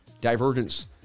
divergence